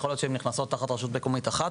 יכול להיות שהן נכנסות תחת רשות מקומית אחת,